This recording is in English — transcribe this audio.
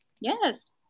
yes